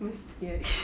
hmm right